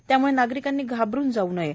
त्यामुळे नागरिकांनी घाबरून जाउ नये